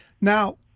Now